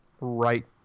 right